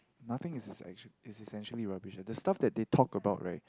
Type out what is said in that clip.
nothing is essential is essentially rubbish lah the stuff that they talk about right